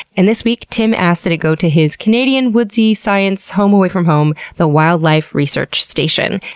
and this week, tim asked that it go to his canadian woodsy science home away from home, the wildlife research station.